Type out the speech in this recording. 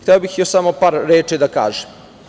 Hteo bih još samo par reči da kažem.